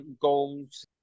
goals